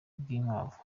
rwinkwavu